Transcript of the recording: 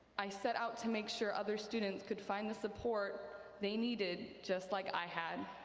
i set out to make sure other students could find the support they needed just like i had.